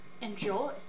Enjoy